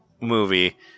movie